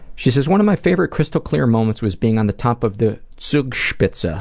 she says, one of my favorite crystal clear moments was being on the top of the zugspitze, ah